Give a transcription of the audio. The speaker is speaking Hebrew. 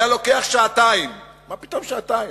היה לוקח שעתיים, מה פתאום שעתיים,